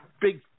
big